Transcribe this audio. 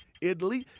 Italy